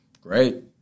great